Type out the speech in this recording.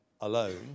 alone